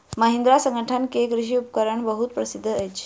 महिंद्रा संगठन के कृषि उपकरण बहुत प्रसिद्ध अछि